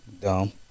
dumb